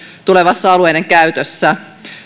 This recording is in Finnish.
tulevassa alueidenkäytössä